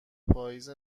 پاییز